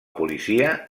policia